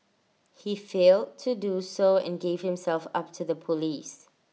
he failed to do so and gave himself up to the Police